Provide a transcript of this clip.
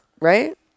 right